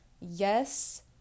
yes